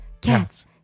cats